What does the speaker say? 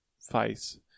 face